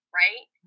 right